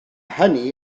hynny